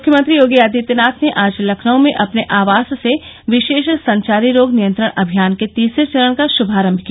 मुख्यमंत्री योगी आदित्यनाथ ने आज लखनऊ में अपने आवास से विशेष संचारी रोग नियंत्रण अभियान के तीसरे चरण का श्भारम्भ किया